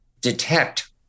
detect